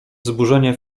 wzburzenie